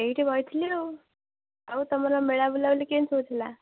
ଏଇଠି ବସିଥିଲି ଆଉ ଆଉ ତୁମର ମେଳା ବୁଲାବୁଲି କେମିତି ସବୁ ଥିଲା